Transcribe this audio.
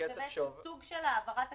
זה סוג של העברה תקציבית,